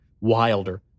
wilder